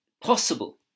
possible